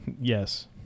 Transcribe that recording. yes